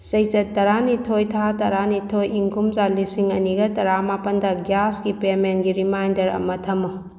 ꯆꯩꯆꯠ ꯇꯔꯥꯅꯤꯊꯣꯏ ꯊꯥ ꯇꯔꯥꯅꯤꯊꯣꯏ ꯏꯪ ꯀꯨꯝꯖꯥ ꯂꯤꯁꯤꯡ ꯑꯅꯤꯒ ꯇꯔꯥꯃꯥꯄꯜꯗ ꯒ꯭ꯌꯥꯁꯀꯤ ꯄꯦꯃꯦꯟꯒꯤ ꯔꯦꯃꯥꯏꯟꯗꯔ ꯑꯃ ꯊꯝꯃꯨ